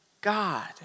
God